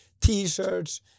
T-shirts